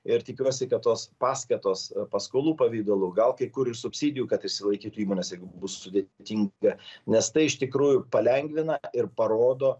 ir tikiuosi kad tos paskatos paskolų pavidalu gal kai kur ir subsidijų kad išsilaikytų įmonės jeigu bus sudėtinga nes tai iš tikrųjų palengvina ir parodo